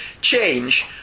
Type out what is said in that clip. change